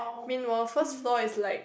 meanwhile first floor is like